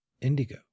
Indigo